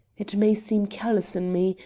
it may seem callous in me,